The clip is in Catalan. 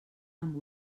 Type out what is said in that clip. amb